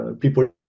people